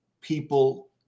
people